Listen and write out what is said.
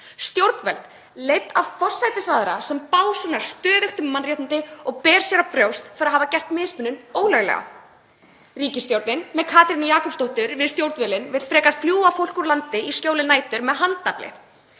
stjórnvöld leidd af forsætisráðherra sem básúnar stöðugt um mannréttindi og ber sér á brjóst fyrir að hafa gert mismunun ólöglega. Ríkisstjórnin, með Katrínu Jakobsdóttur við stjórnvölinn, vill frekar fljúga fólki úr landi í skjóli nætur með handafli.